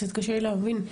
קצת קשה לי להבין.